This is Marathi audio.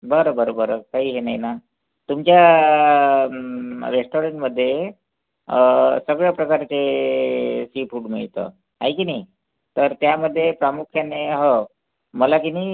बरं बरं बरं काही हे नाही ना तुमच्या रेस्टॉरेंटमध्ये सगळ्या प्रकारचे सी फूड मिळतं आहे की नाही तर त्यामध्ये प्रामुख्याने हो मला की नाही